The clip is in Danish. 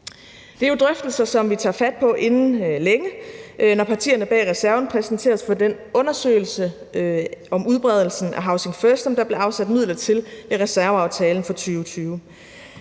Det er drøftelser, som vi tager fat på inden længe, når partierne bag reserven præsenteres for den undersøgelse om udbredelsen af housing first, som der blev afsat midler til i reserveaftalen for 2020.